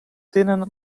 tenen